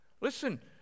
Listen